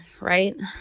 right